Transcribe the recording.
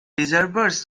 reservoirs